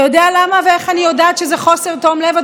אתה יודע למה ואיך אני יודעת שזה חוסר תום לב,